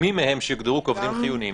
מי מהם שיוגדרו כעובדים חיוניים,